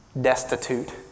destitute